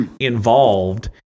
involved